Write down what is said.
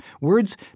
words